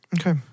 Okay